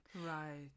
Right